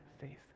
faith